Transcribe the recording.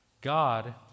God